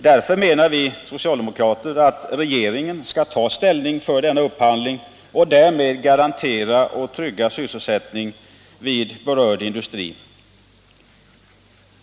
Därför menar vi socialdemokrater att regeringen skall ta ställning till den upphandlingen och därmed garantera att sysselsättningen vid berörd industri tryggas.